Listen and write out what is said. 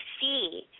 see